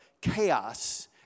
chaos